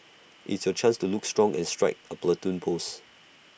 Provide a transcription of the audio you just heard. it's your chance to look strong and strike A Platoon pose